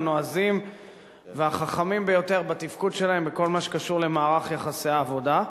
הנועזים והחכמים ביותר בתפקוד שלהם בכל מה שקשור למערך יחסי העבודה.